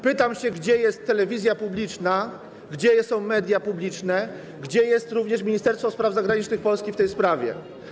Pytam, gdzie jest telewizja publiczna, gdzie są media publiczne, gdzie jest również Ministerstwo Spraw Zagranicznych Polski w tej sprawie.